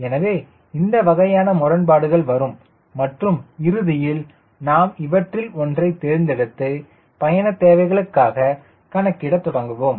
எனவே இந்த வகையான முரண்பாடுகள் வரும் மற்றும் இறுதியில் நாம் இவற்றில் ஒன்றை தேர்ந்தெடுத்து பயண தேவைகளுக்காக கணக்கிட தொடங்குவோம்